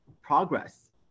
progress